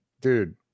Dude